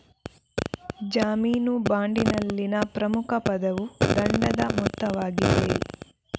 ಜಾಮೀನು ಬಾಂಡಿನಲ್ಲಿನ ಪ್ರಮುಖ ಪದವು ದಂಡದ ಮೊತ್ತವಾಗಿದೆ